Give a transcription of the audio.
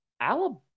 Alabama